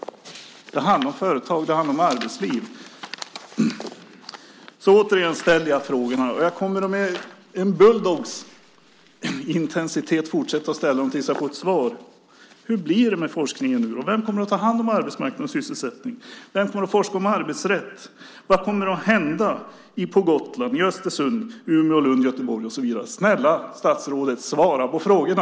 Det handlar om företag och arbetsliv. Jag ställer återigen frågorna. Jag kommer att med en bulldoggs intensitet fortsätta att ställa dem tills jag får svar. Hur blir det med forskningen? Vem kommer att ta hand om arbetsmarknad och sysselsättning? Vem kommer att forska om arbetsrätt? Vad kommer att hända på Gotland, i Östersund, Umeå, Lund och Göteborg? Snälla statsrådet, svara på frågorna!